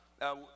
Now